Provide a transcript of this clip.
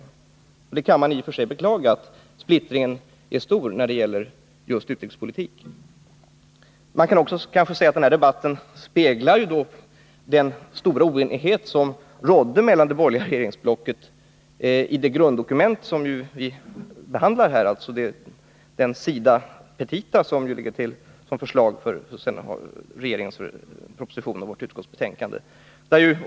I och för sig är det beklagligt att splittringen är stor när det gäller just utrikespolitiken. Man kan också säga att den här debatten speglar den stora oenighet mellan det borgerliga blocket som rådde i det grunddokument som vi behandlar här, alltså de SIDA-petita som ligger till grund för regeringens propostion och utskottets betänkande.